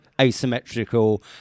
asymmetrical